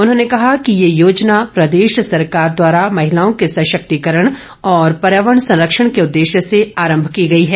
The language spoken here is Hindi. उन्होंने कहा कि ये योजना प्रदेश सरकार द्वारा महिलाओं के सशक्तिकरण और पर्यावरण संरक्षण के उद्देश्य से आरंभ की गई है